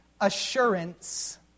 assurance